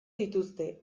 dituzte